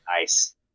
Nice